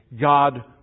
God